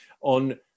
on